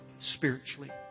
spiritually